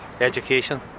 education